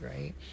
right